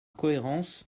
cohérence